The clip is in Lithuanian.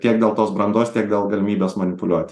tiek dėl tos brandos tiek dėl galimybės manipuliuoti